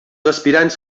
aspirants